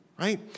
right